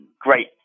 great